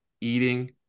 eating